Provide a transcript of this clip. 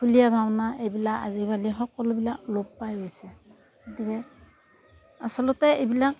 ঢুলীয়া ভাওনা এইবিলাক আজিকালি সকলোবিলাক লোপ পায় গৈছে গতিকে আচলতে এইবিলাক